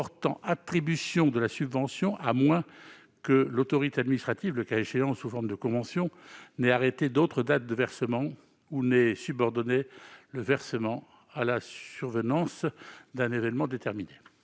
portant attribution de la subvention à moins que l'autorité administrative, le cas échéant sous forme de convention, n'ait arrêté d'autres dates de versement ou n'ait subordonné le versement à la survenance d'un évènement déterminé